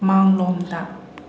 ꯃꯥꯡꯂꯣꯝꯗ